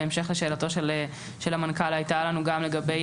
בהמשך לשאלתו של המנכ"ל הייתה לנו גם לגבי